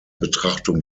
betrachtung